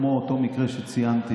כמו אותו מקרה שציינתי,